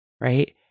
right